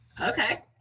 okay